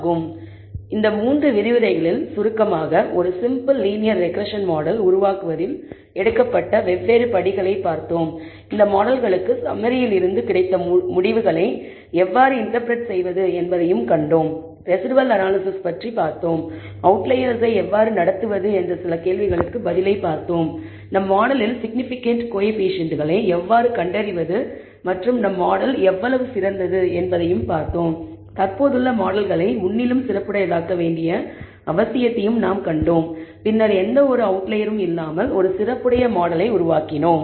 எனவே இந்த மூன்று விரிவுரைகளில் சுருக்கமாக ஒரு சிம்பிள் லீனியர் ரெக்ரெஸ்ஸன் மாடல் உருவாக்குவதில் எடுக்கப்பட்ட படிகளைப் பார்த்தோம் இந்த மாடல்களுக்கு சம்மரியில் இருந்து கிடைத்த முடிவுகளை எவ்வாறு இன்டர்பிரட் செய்வது என்பதைக் கண்டோம் ரெஸிடுவல் அனாலிசிஸ் பற்றி பார்த்தோம் அவுட்லயர்ஸை எவ்வாறு நடத்துவது என்ற சில கேள்விகளுக்கு பதிலை பார்த்தோம் நம் மாடலில் சிக்னிபிகன்ட் கோஎஃபீஷியேன்ட்களை எவ்வாறு கண்டறிவது மற்றும் நம் மாடல் எவ்வளவு சிறந்தது என்பதையும் பார்த்தோம் தற்போதுள்ள மாடல்களை முன்னினும் சிறப்புடையதாக்க வேண்டிய அவசியத்தையும் நாம் கண்டோம் பின்னர் எந்தவொரு அவுட்லயரும் இல்லாமல் ஒரு சிறப்புடைய மாடலை உருவாக்கினோம்